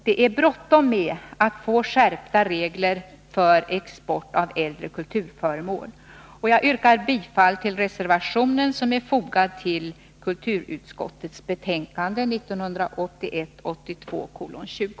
Det är bråttom med att få skärpta regler för export av äldre kulturföremål, och jag yrkar bifall till den reservation som är fogad till kulturutskottets betänkande 1981/82:20.